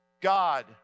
God